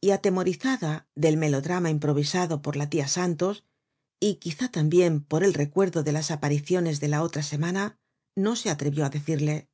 y atemorizada del melodrama improvisado por la tia santos y quizá tambien por el recuerdo de las apariciones de la otra semana no se atrevió á decirle